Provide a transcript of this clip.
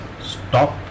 stop